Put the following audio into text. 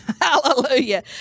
Hallelujah